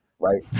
Right